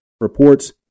reports